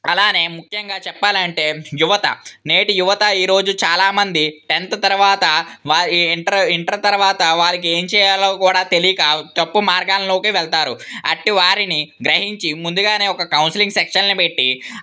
అలాగే ముఖ్యంగా చెప్పాలంటే యువత నేటి యువత ఈరోజు చాలామంది టెన్త్ తర్వాత వా ఇంటర్ ఇంటర్ తర్వాత వారికి ఏం చేయాలో కూడా తెలియక తప్పు మార్గాలలోకి వెళ్తారు అట్టి వారిని గ్రహించి ముందుగానే ఒక కౌన్సిలింగ్ సెక్షన్లు పెట్టి